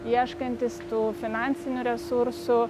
ieškantys tų finansinių resursų